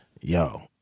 Yo